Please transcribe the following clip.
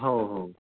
हो हो